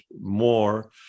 more